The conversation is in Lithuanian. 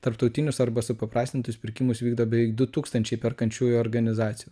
tarptautinius arba supaprastintus pirkimus vykdo beveik du tūkstančiai perkančiųjų organizacijų